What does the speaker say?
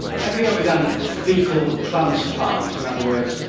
have you ever done faecal transplants? in other words,